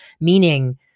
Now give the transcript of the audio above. meaning